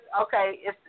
okay